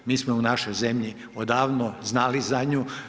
Mi smo u našoj zemlji odavno znali za nju.